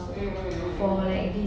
mm mm mm mm mm